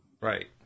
Right